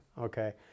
Okay